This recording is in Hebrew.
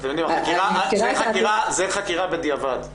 זאת חקירה בדיעבד.